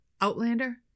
Outlander